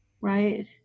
Right